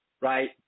right